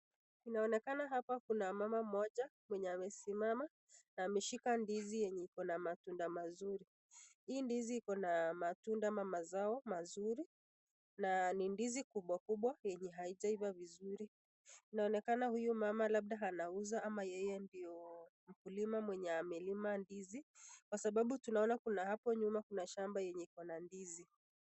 Inaonekana hapa kuna mama mmoja mwenye amesimama na ameshika ndizi yenye iko na matunda mazuri. Hii ndizi iko na matunda ama mazao mazuri na ni ndizi kubwa kubwa yenye haijaiva vizuri. Inaonekana huyu mama labda anauza ama yeye ndiyo mkulima mwenye amelima ndizi kwa sababu tunaona hapo nyuma kuna shamba yenye iko na ndizi.